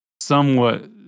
somewhat